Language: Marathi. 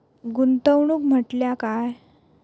गुंतवणूक म्हटल्या काय?